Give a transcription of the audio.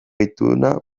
ituna